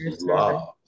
love